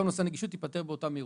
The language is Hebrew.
גם נושא הנגישות ייפתר באותה מהירות.